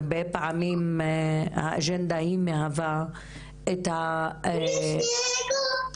הרבה פעמים האג'נדה היא מהווה את ה- אני אדבר אחר